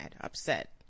upset